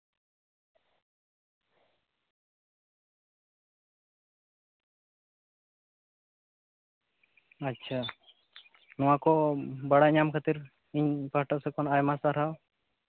ᱟᱪᱪᱷᱟ ᱱᱚᱣᱟ ᱠᱚ ᱵᱟᱲᱟᱭ ᱧᱟᱢ ᱠᱷᱟᱹᱛᱤᱨ ᱤᱧ ᱯᱟᱦᱴᱟ ᱥᱮᱱᱠᱷᱚᱱ ᱟᱭᱢᱟ ᱥᱟᱨᱦᱟᱣ